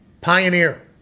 pioneer